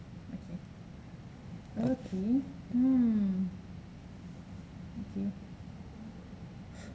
okay okay hmm okay